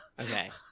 Okay